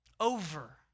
over